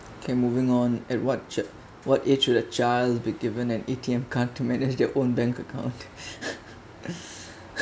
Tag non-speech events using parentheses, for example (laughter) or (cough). kay moving on and what jo~ what age would a child be given an A_T_M card to manage their own bank account (laughs)